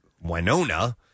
Winona